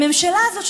הממשלה הזאת,